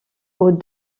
aux